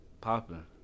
Popping